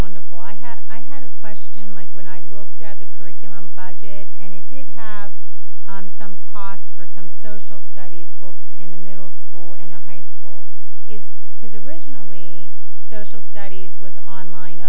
wonderful i have i had a question like when i looked at the curriculum budget and it did have some cost for some social studies books in the middle school and the high school is because originally social studies was online